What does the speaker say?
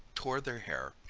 tore their hair,